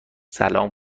سلام